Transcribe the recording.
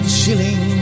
shilling